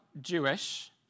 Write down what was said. Jewish